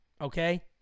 Okay